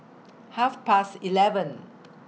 Half Past eleven